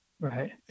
Right